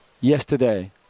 yesterday